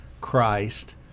Christ